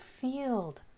field